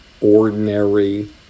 ordinary